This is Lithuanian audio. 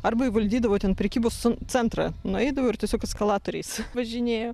arba įvaldydavo ten prekybos cen centrą nueidavo ir tiesiog eskalatoriais važinėjo